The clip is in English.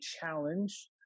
challenge